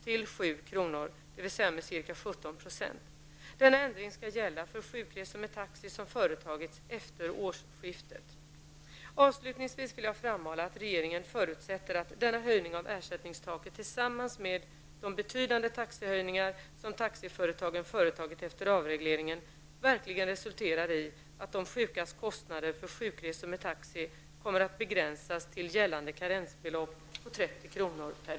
till 7 kr., dvs. med ca 17 %. Avslutningsvis vill jag framhålla att regeringen förutsätter att denna höjning av ersättningstaket tillsammans med de betydande taxehöjningar som taxiföretagen företagit efter avregleringen verkligen resulterar i att de sjukas kostnader för sjukresor med taxi kommer att begränsas till gällande karensbelopp på 30 kr. per resa.